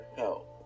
help